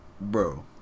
bro